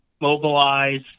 mobilize